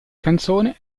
canzone